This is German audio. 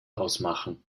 ausmachen